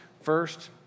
first